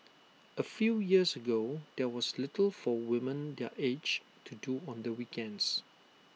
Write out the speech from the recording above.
A few years ago there was little for women their age to do on the weekends